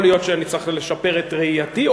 יכול להיות שאני צריך לשפר את ראייתי,